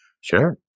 Sure